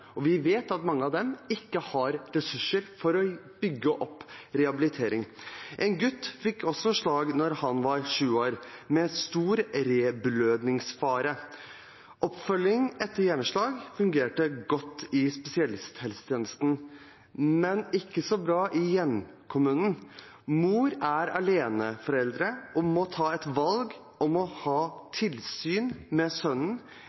og vi vet at mange av dem ikke har ressurser for å bygge opp rehabilitering. En gutt fikk også slag da han var sju år, med stor reblødningsfare. Oppfølgingen etter hjerneslaget fungerte godt i spesialisthelsetjenesten, men ikke så bra i hjemkommunen. Mor er aleneforelder og må ta et valg om å ha tilsyn med sønnen,